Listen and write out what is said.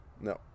No